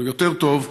או יותר טוב,